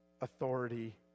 authority